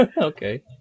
Okay